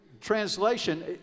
translation